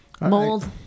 Mold